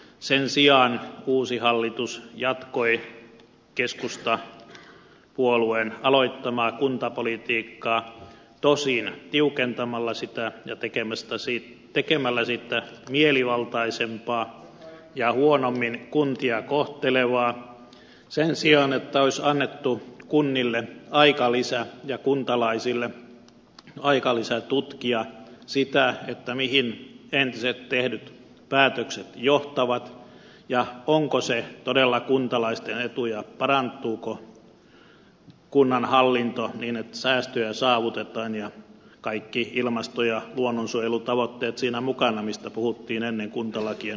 sen sijaan uusi hallitus jatkoi keskustapuolueen aloittamaa kuntapolitiikkaa tosin tiukentamalla sitä ja tekemällä siitä mielivaltaisempaa ja huonommin kuntia kohtelevaa sen sijaan että olisi annettu kunnille ja kuntalaisille aikalisä tutkia sitä mihin entiset tehdyt päätökset johtavat ja onko se todella kuntalaisten etu ja parantuuko kunnan hallinto niin että säästöjä saavutetaan ja kaikki ilmasto ja luonnonsuojelutavoitteet siinä mukana joista puhuttiin ennen kuntalakien uudistamista